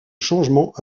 changement